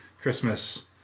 Christmas